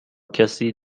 کسی